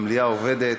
המליאה עובדת.